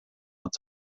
nad